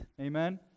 Amen